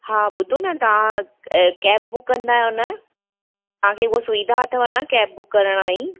हा ॿुधो ना तव्हां कैब बुक कंदा आहियो ना तव्हांखे उहो सुविधा अथव न कैब बुक करण वारी